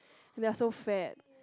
they are so fat